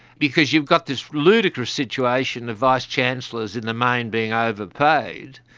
because you've got this ludicrous situation of vice chancellors in the main being overpaid,